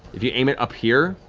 if you aim it up here,